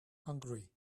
hungry